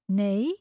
nee